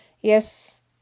Yes